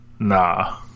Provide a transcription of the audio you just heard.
Nah